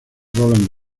roland